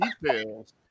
details